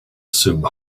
assume